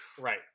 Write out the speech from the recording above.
Right